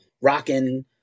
Rocking